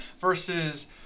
versus